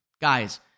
Guys